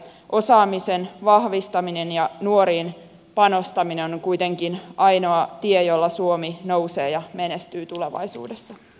osaamisen vahvistaminen ja nuoriin panostaminen on kuitenkin ainoa tie jolla suomi nousee ja menestyy tulevaisuudessa